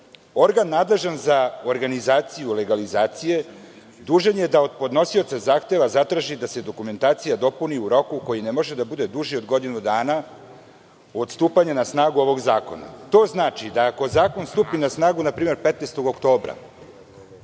Organ nadležan za organizaciju legalizacije dužan je da od podnosioca zahteva zatraži da se dokumentacija dopuni u roku koji ne može da bude duži od godinu dana od stupanja na snagu ovog zakona. To znači da ako zakon stupi na snagu na primer 15. oktobra